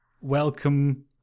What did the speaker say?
welcome